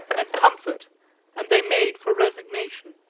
and comfort and they made for resignation.